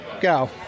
Go